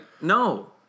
No